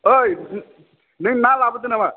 ओइ नों ना लाबोदों नामा